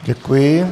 Děkuji.